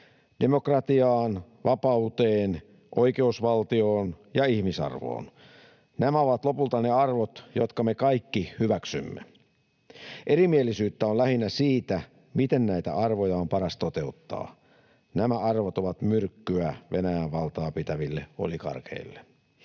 demokratiaan, vapauteen, oikeusvaltioon ja ihmisarvoon. Nämä ovat lopulta ne arvot, jotka me kaikki hyväksymme. Erimielisyyttä on lähinnä siitä, miten näitä arvoja on paras toteuttaa. Nämä arvot ovat myrkkyä Venäjän valtaa pitäville oligarkeille.